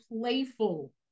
playful